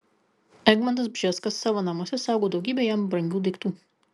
egmontas bžeskas savo namuose saugo daugybę jam brangių daiktų